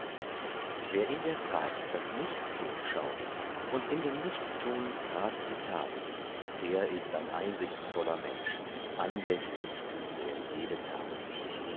wer in der tat das nichttun schaut und in dem nichttun grad die tat der ist ein einsichtsvoller mensch andächtig tut er jede tat